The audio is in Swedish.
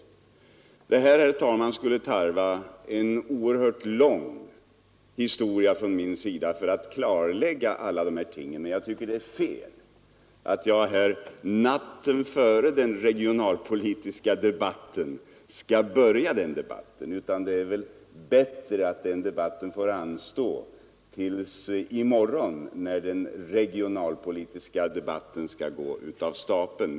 Det skulle, herr talman, tarva en oerhört lång historia från min sida för att klarlägga alla de här tingen, men jag tycker att det är fel att jag här natten före den regionalpolitiska debatten skall börja den debatten. Det är väl bättre att det får anstå till i morgon, när den regionalpolitiska debatten skall gå av stapeln.